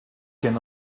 can